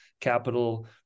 capital